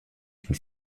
une